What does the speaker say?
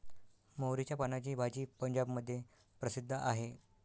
मोहरीच्या पानाची भाजी पंजाबमध्ये प्रसिद्ध आहे